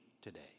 today